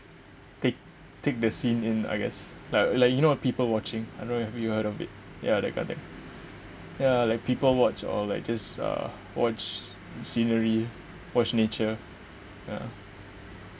take take the scene in I guess like like you know people watching I don't know if you heard of it ya that kind of thing ya like people watch or like just uh watch scenery watch nature ya